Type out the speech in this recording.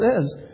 says